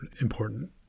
important